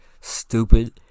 Stupid